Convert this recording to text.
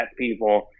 people